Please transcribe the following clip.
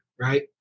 right